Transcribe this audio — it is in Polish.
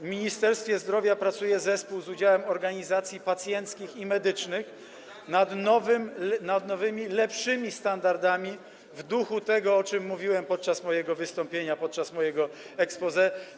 W Ministerstwie Zdrowia zespół z udziałem organizacji pacjenckich i medycznych pracuje nad nowymi, lepszymi standardami w duchu tego, o czym mówiłem podczas mojego wystąpienia, podczas exposé.